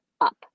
up